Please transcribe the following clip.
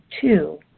Two